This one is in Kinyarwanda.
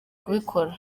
kubikora